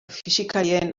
fisikariaren